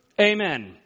Amen